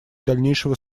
дальнейшего